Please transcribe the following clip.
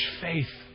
faith